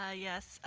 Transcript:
ah yes,